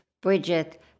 Bridget